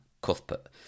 Cuthbert